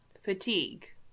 fatigue